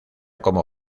como